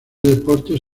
deportes